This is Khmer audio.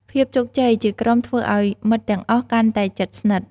ភាពជោគជ័យជាក្រុមធ្វើឲ្យមិត្តទាំងអស់កាន់តែជិតស្និទ្ធ។